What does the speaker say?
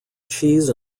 cheese